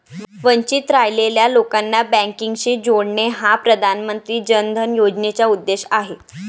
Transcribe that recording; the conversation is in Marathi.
वंचित राहिलेल्या लोकांना बँकिंगशी जोडणे हा प्रधानमंत्री जन धन योजनेचा उद्देश आहे